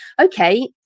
okay